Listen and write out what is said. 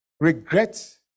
Regret